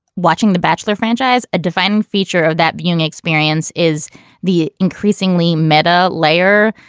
watching the bachelor franchise, a defining feature of that viewing experience is the increasingly meta layer.